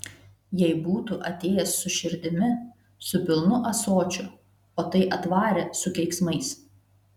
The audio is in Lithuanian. jei būtų atėjęs su širdimi su pilnu ąsočiu o tai atvarė su keiksmais